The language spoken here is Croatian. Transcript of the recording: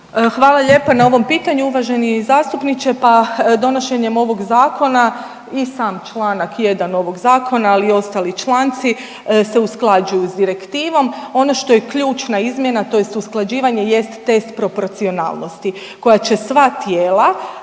Hvala lijepa na ovom pitanju, uvaženi zastupniče. Pa donošenjem ovog Zakona i sam čl. 1 ovog Zakona, ali i ostali članci se usklađuju s direktivom. Ono što je ključna izmjena, tj. usklađivanje, jest test proporcionalnosti koja će sva tijela